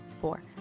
four